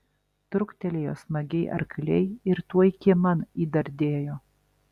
truktelėjo smagiai arkliai ir tuoj kieman įdardėjo